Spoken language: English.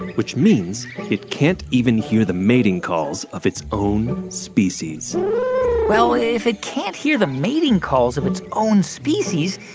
which means it can't even hear the mating calls of its own species well, if it can't hear the mating calls of its own species,